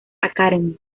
academy